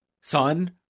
son